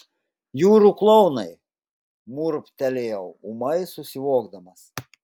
jūrų klounai murmtelėjau ūmai susivokdamas